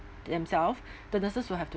themselves the nurses will have to